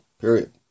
period